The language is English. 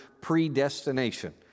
predestination